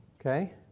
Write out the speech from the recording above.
Okay